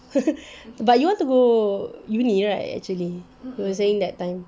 but you want to go uni right actually you were saying that time